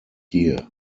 year